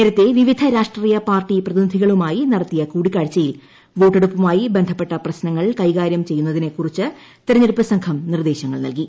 നേരത്തേ വിവിധ പാർട്ടി പ്രതിനിധികളുമായി രാഷ്ട്രീയ നടത്തിയ കൂടിക്കാഴ്ചയിൽ വ്ടോട്ടെട്ടുപ്പുമായി ബന്ധപ്പെട്ട പ്രശ്നങ്ങൾ കൈകാര്യം ചെയ്യുന്നതിനെ കുറിച്ച് തെരഞ്ഞെടുപ്പ് സംഘം നിർദ്ദേശങ്ങൾ നൽകി